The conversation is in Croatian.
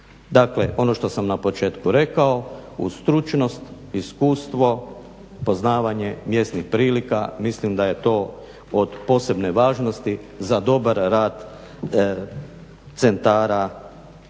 Dakle, ono što sam na početku rekao uz stručnost, iskustvo, poznavanje mjesnih prilika, mislim da je to od posebne važnosti za dobar rad centara